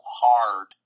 hard